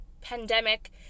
pandemic